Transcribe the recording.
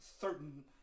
certain